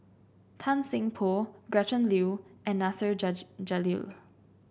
Tan Seng Poh Gretchen Liu and Nasir Jalil